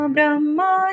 Brahma